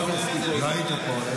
ראיתי פה.